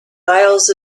isles